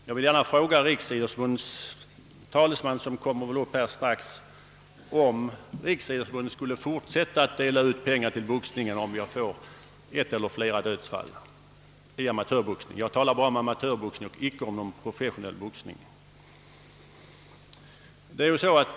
Jag skulle vilja fråga Riksidrottsförbundets talesman, som väl kommer att yttra sig strax efter mig, om Riksidrottsförbundet skulle fortsätta att ge pengar till amatörboxning — det är bara den jag talar om — efter ett eller ett par dödsfall.